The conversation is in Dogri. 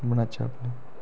मनाचै अपनी